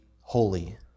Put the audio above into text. holy